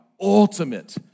ultimate